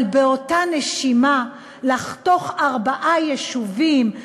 אבל באותה נשימה לחתוך ארבעה יישובים,